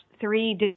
three